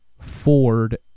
Ford